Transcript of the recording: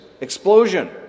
Explosion